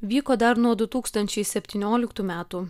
vyko dar nuo du tūkstančiai septynioliktų metų